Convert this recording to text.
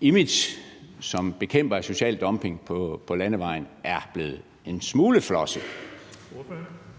image som bekæmper af social dumping på landevejen er blevet en smule flosset.